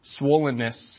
swollenness